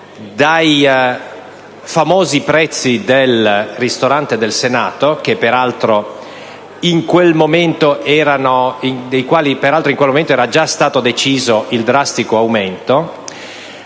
dai famosi prezzi del ristorante del Senato - di cui peraltro in quel momento era già stato deciso il drastico aumento